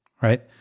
right